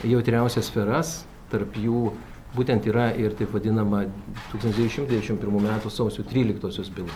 jautriausias sferas tarp jų būtent yra ir taip vadinama tūkstantis devyni šimtai devyniasdešim pirmų metų sausio tryliktosios byla